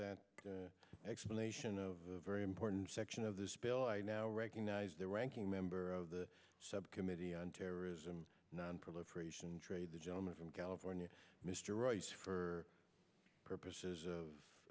that explanation of very important section of this bill i now recognize the ranking member of the subcommittee on terrorism nonproliferation trade the gentleman from california mr royce for purposes of